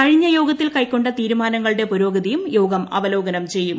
കഴിഞ്ഞ യോഗത്തിൽ കൈക്കൊണ്ട തീരുമാനങ്ങളുടെ പുരോഗതിയും യ്യോഗ്ം അവലോകനം ചെയ്യും